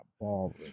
ballroom